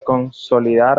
consolidar